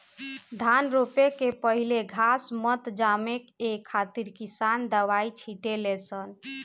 धान रोपे के पहिले घास मत जामो ए खातिर किसान दवाई छिटे ले सन